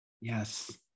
Yes